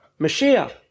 Mashiach